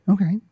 Okay